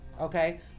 Okay